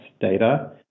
data